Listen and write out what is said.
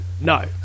No